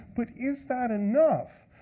but is that enough?